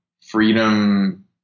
freedom